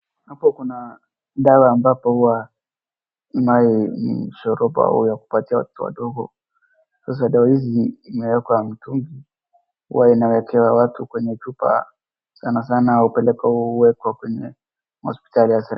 Hapo kuna dawa ambapo huwa ina mshoroba ya kupatia watoto wadogo. Sasa dawa hizi imewekwa mtungi huwa inawekewa watu kwenye chupa sanasana hupelekwa kwenye mahospitali za serikali.